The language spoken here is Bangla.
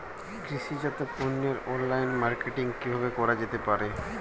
কৃষিজাত পণ্যের অনলাইন মার্কেটিং কিভাবে করা যেতে পারে?